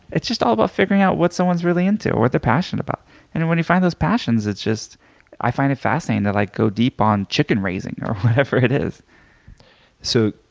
it's just all about figuring out what someone's really into or what they're passionate about. and then when you find those passions it's just i find it fascinating to like go deep on chicken raising or whatever it is. so